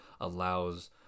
allows